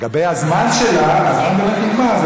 לגבי הזמן שלה, הזמן באמת נגמר.